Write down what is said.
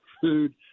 food